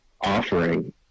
offering